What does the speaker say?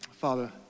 Father